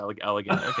elegant